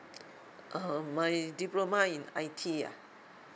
um my diploma in I_T yea